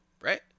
Right